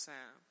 Sam